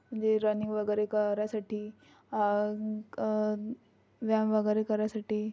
म्हणजे रनिंग वगैरे करायसाठी व्यायाम वगैरे करायसाठी